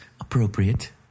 appropriate